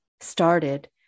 started